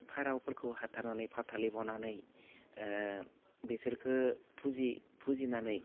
फारौफोरखौ हाथारनानै फाथालि बनानै बेसोरखौ फुजि फुजिनानै